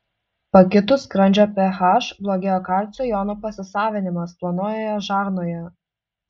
pakitus skrandžio ph blogėja kalcio jonų pasisavinimas plonojoje žarnoje